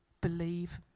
Believe